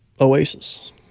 Oasis